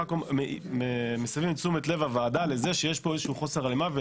אנחנו רק מסבים את תשומת לב הוועדה לזה שיש פה חוסר הלימה .